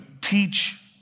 teach